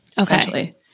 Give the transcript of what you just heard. Okay